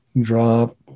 drop